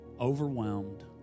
overwhelmed